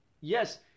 yes